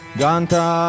ganta